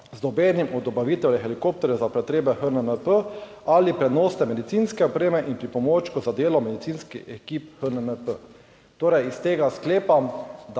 z nobenim od dobaviteljev helikopterjev za potrebe HNMP ali prenosne medicinske opreme in pripomočkov za delo medicinskih ekip HNMP.« Torej, iz tega sklepam,